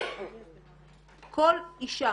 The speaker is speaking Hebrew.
כל אישה